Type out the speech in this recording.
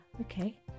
okay